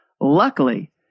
Luckily